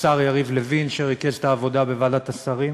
השר יריב לוין, שריכז את העבודה בוועדת השרים.